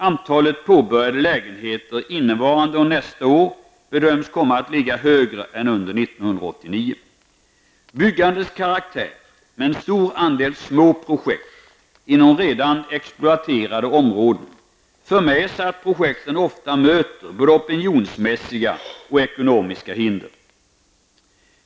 Antalet påbörjade lägenheter innevarande och nästa år bedöms komma att ligga högre än under år 1989. Byggandets karaktär -- med en stor andel små projekt inom redan exploaterade områden -- för med sig att projekten ofta möter både opinionsmässiga och ekonomiska hinder.